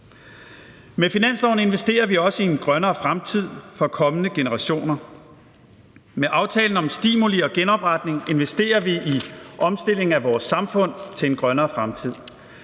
Med finansloven investerer vi også i en grønnere fremtid for kommende generationer. Med aftalen om stimuli og genopretning investerer vi i omstillingen af vores samfund til en grønnere fremtid.